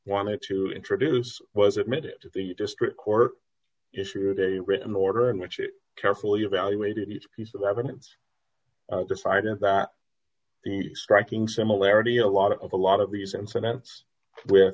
wanted to introduce was admitted to the district court issued a written order in which it carefully evaluated each piece of evidence decided that the striking similarity a lot of a lot of these incidents where